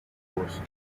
force